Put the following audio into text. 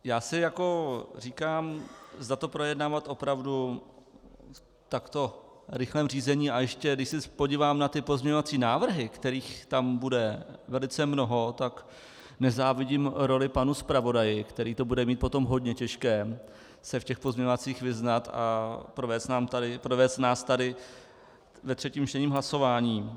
Já si říkám, zda to projednávat opravdu takto v rychlém řízení, a ještě když se podívám na ty pozměňovací návrhy, kterých tam bude velice mnoho, tak nezávidím roli panu zpravodaji, který bude mít potom hodně těžké se v těch pozměňovacích vyznat a provést nás tady ve třetím čtení hlasováním.